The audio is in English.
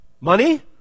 Money